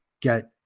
get